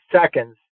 seconds